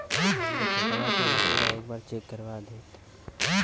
हमरे खेतवा क मटीया एक बार चेक करवा देत?